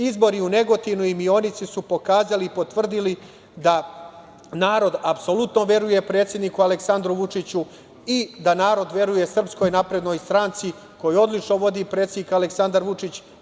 Izbori u Negotinu i Mionici, su pokazali i potvrdili da narod apsolutno veruje predsedniku Aleksandru Vučiću i da narod veruje SNS, koju odlično vodi predsednik Aleksandar Vučić.